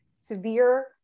severe